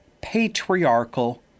patriarchal